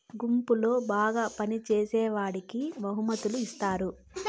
గుంపులో బాగా పని చేసేవాడికి బహుమతులు ఇత్తారు